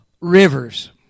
rivers